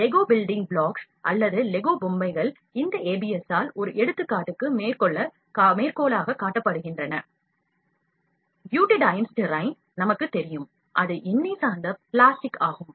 Acrylonitrile butadiene styrene நமக்குத் தெரியும் அது எண்ணெய் சார்ந்த பிளாஸ்டிக் ஆகும்